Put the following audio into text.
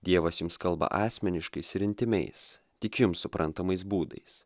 dievas jums kalba asmeniškais ir intymiais tik jums suprantamais būdais